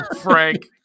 Frank